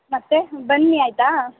ಮತ್ತೆ ಬನ್ನಿ ಆಯಿತಾ